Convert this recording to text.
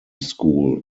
school